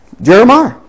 Jeremiah